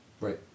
Right